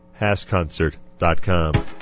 hasconcert.com